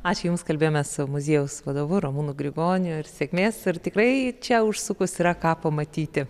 ačiū jums kalbėjomės su muziejaus vadovu ramūnu grigoniu ir sėkmės ir tikrai čia užsukus yra ką pamatyti